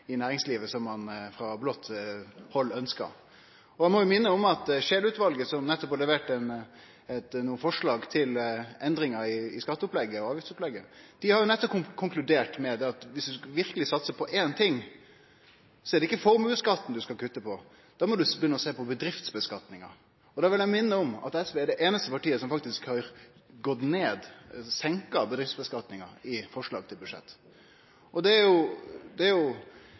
i næringslivet som ein frå blått hald ønskjer. Eg må minne om at Scheel-utvalet, som nettopp har levert forslag til endringar i skatteopplegget og avgiftsopplegget, har konkludert med at dersom ein verkeleg skal satse på éin ting, er det ikkje formuesskatten ein skal kutte på, da må ein begynne å sjå på bedriftsskattlegginga. Og da vil eg minne om at SV er det einaste partiet som faktisk har senka bedriftsskattlegginga i forslaget til budsjett. Det er ikkje overraskande at det er